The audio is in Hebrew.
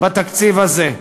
בתקציב הזה.